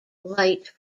light